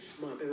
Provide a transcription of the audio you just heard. mother